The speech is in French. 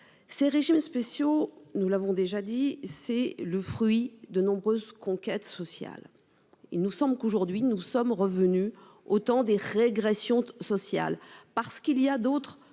Ces régimes spéciaux, nous l'avons déjà dit, c'est le fruit de nombreuses conquêtes sociales il nous sommes qu'aujourd'hui nous sommes revenus au temps des régressions sociales parce qu'il y a d'autres